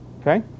okay